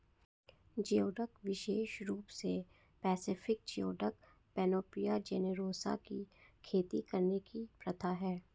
geoduck विशेष रूप से पैसिफिक जियोडक, पैनोपिया जेनेरोसा की खेती करने की प्रथा है